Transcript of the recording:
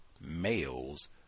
males